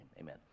Amen